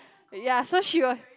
ya so she will